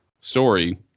story